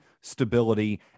stability